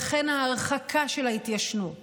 לכן ההרחקה של ההתיישנות